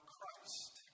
Christ